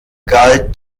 galt